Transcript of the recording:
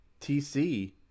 TC